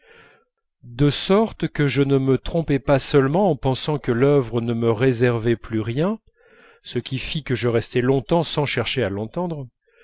de sorte que je ne me trompais pas seulement en pensant que l'œuvre ne me réservait plus rien ce qui fit que je restai longtemps sans chercher à l'entendre